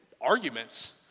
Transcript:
arguments